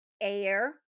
air